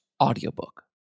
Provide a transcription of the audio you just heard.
Audiobook